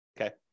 okay